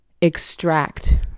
extract